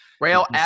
rail